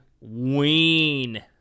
Ween